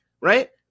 Right